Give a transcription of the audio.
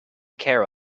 care